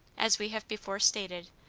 as we have before stated,